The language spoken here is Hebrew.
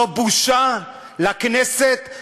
זו בושה לכנסת,